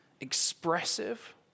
expressive